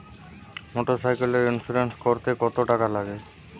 মোটরসাইকেলের ইন্সুরেন্স করতে কত টাকা লাগে?